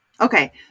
Okay